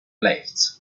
left